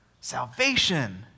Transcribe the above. Salvation